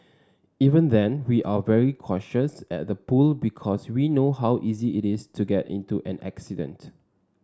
even then we're very cautious at the pool because we know how easy it is to get into an accident